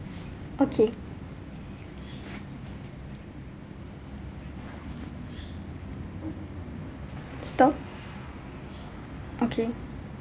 okay stop okay